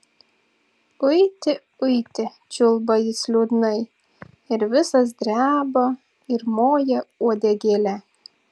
uiti uiti čiulba jis liūdnai ir visas dreba ir moja uodegėle